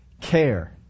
care